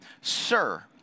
Sir